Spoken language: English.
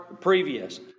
previous